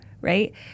right